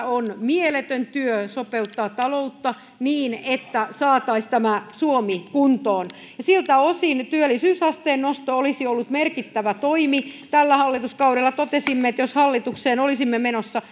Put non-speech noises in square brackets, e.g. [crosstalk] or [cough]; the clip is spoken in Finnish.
[unintelligible] on mieletön työ sopeuttaa taloutta niin että saataisiin suomi kuntoon siltä osin työllisyysasteen nosto olisi ollut merkittävä toimi tällä hallituskaudella totesimme että jos hallitukseen olisimme menossa [unintelligible]